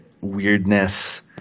weirdness